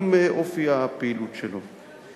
עם אופי הפעילות שלהם.